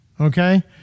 Okay